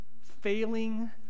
Failing